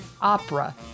opera